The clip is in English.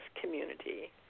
community